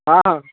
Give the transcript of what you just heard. हॅं